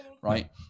Right